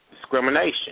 discrimination